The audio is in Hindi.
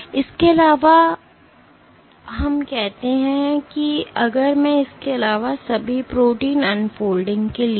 तो इसके अलावा करने के लिए तो हम कहते हैं अगर मैं इसके अलावा सभी प्रोटीन अनफोल्डिंग के लिए